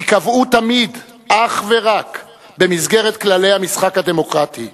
ייקבעו תמיד אך ורק במסגרת כללי המשחק הדמוקרטיים,